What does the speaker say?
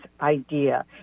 idea